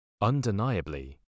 Undeniably